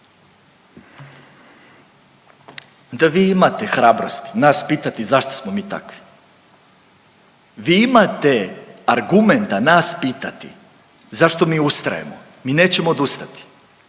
onda vi imate hrabrosti nas pitati zašto smo mi takvi. Vi imate argumenta nas pitati zašto mi ustrajemo, mi nećemo odustati.